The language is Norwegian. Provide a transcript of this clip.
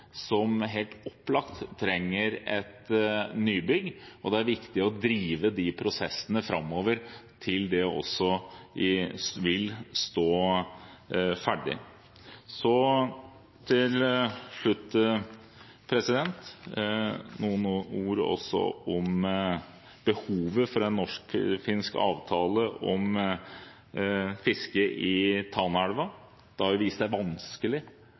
som helt opplagt trenger et nybygg, og det er viktig å drive de prosessene framover til det også vil stå ferdig. Så til slutt noen ord om behovet for en norsk-finsk avtale om fisket i Tanaelva. Det har vist seg vanskelig